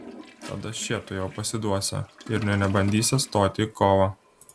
tada šie tuojau pasiduosią ir nė nebandysią stoti į kovą